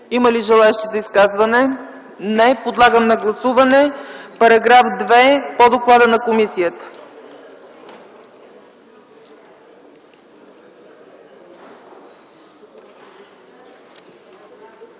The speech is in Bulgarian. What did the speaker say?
Има ли желаещи за изказване? Няма. Подлагам на гласуване § 64 по доклада на комисията.